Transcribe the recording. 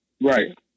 Right